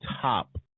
top